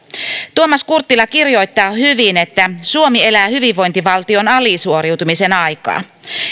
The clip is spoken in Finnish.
tuomas kurttila kirjoittaa hyvin suomi elää hyvinvointivaltion alisuoriutumisen aikaa